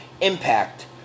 Impact